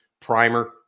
primer